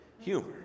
Humor